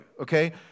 Okay